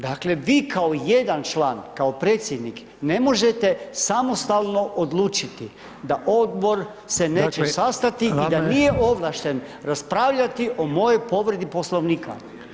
Dakle, vi kao jedan član, kao predsjednik, ne možete samostalno odlučiti da Odbor se neće sastati i da nije ovlašten raspravljati o mojoj povredi Poslovnika.